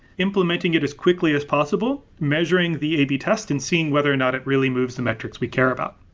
implementing it as quickly as possible, measuring the a b test and seeing whether or not it really moves the metrics we care about.